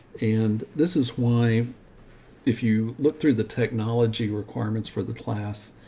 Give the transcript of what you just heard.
and this is why if you look through the technology requirements for the class,